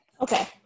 Okay